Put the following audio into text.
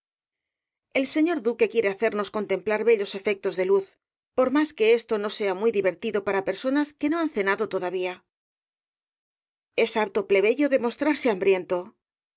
el señor duque quiere hacernos contemplar bellos efectos de luz por más que esto no sea muy divertido para personas que no han cenado todavía es harto plebeyo demostrarse hambriento